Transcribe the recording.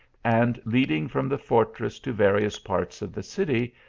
and leading from the fortress to various parts of the city,